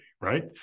right